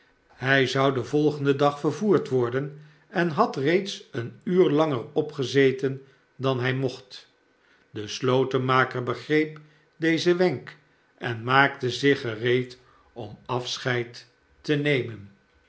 hij zou den volgenden dag vervoerd worden en had reeds een uur langer opgezeten dan hij mocht de slotenmaker begreep dezen wenk en maakte zich gereed om afscheid te nemen